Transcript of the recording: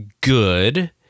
good